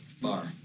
bar